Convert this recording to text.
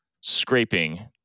scraping